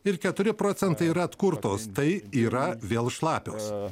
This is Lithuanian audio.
ir keturi procentai yra atkurtos tai yra vėl šlapios